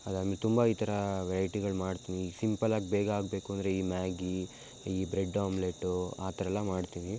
ಅದು ಆದ ಮೇಲೆ ತುಂಬ ಈ ಥರ ವೆರೈಟಿಗಳು ಮಾಡ್ತೀನಿ ಈಗ ಸಿಂಪಲ್ಲಾಗಿ ಬೇಗ ಆಗಬೇಕು ಅಂದರೆ ಈ ಮ್ಯಾಗಿ ಈ ಬ್ರೆಡ್ ಆಮ್ಲೆಟ್ಟು ಆ ಥರೆಲ್ಲ ಮಾಡ್ತೀನಿ